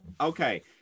Okay